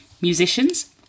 musicians